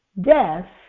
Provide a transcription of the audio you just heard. death